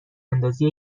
اندازی